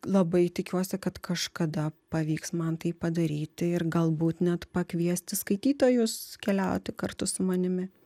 labai tikiuosi kad kažkada pavyks man tai padaryti ir galbūt net pakviesti skaitytojus keliauti kartu su manimi